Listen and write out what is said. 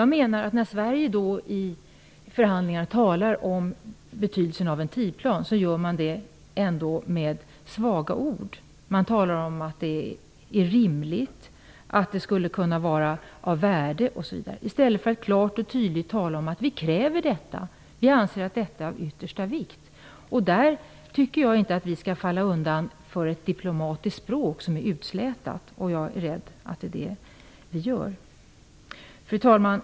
När Sverige i förhandlingar talar om betydelsen av en tidplan använder man svaga ord. Man talar om att det vore "rimligt", att det skulle kunna vara "av värde" osv. i stället för att klart och tydligt säga att vi kräver detta och att vi anser det vara av yttersta vikt. Jag tycker inte att vi i det sammanhanget skall falla undan för ett utslätat diplomatiskt språk. Jag är rädd att det är det som vi gör. Fru talman!